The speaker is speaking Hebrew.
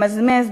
למזמז,